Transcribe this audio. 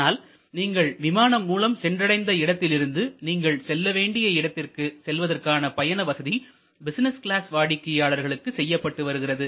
ஆனால் நீங்கள் விமானம் மூலம் சென்றடைந்த இடத்திலிருந்து நீங்கள் செல்ல வேண்டிய இடத்திற்கு செல்வதற்கான பயண வசதி பிசினஸ் கிளாஸ் வாடிக்கையாளர்களுக்கு செய்யப்பட்டு வருகிறது